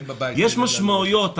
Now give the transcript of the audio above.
יש משמעויות,